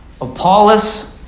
Apollos